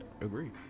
Agree